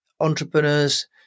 entrepreneurs